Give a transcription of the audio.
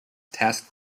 tasked